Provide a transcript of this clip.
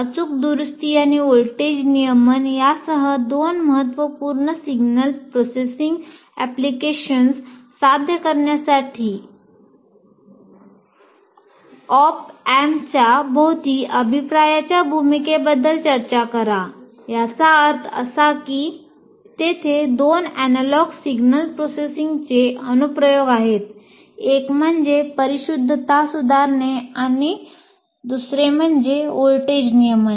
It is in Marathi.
अचूक दुरुस्ती आणि व्होल्टेज नियमन यासह दोन महत्त्वपूर्ण सिग्नल प्रोसेसिंग अॅप्लिकेशन्स अनुप्रयोग आहेत एक म्हणजे परिशुद्धता सुधारणे आणि व्होल्टेज नियमन